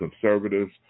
conservatives